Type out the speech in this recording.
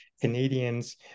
Canadians